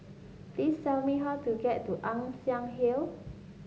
please tell me how to get to Ann Siang Hill